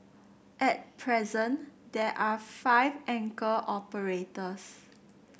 at present there are five anchor operators